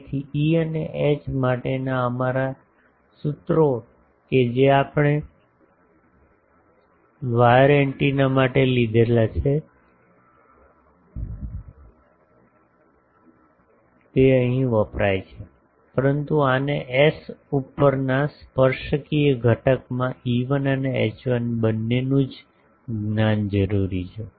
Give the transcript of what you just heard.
તેથી E અને H માટેનાં અમારા સૂત્રો કે જે આપણે વાયર એન્ટેના માટે લીધેલા છે તે અહીં વાપરી શકાય છે પરંતુ આને એસ ઉપરના સ્પર્શકીય ઘટકમાં E1 અને H1 બંનેનું જ્ જ્ઞાન જરૂરી છે